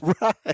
right